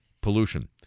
pollution